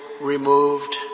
removed